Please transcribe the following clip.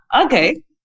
okay